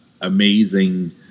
amazing